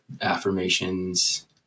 affirmations